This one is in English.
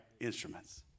instruments